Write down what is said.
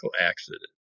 accident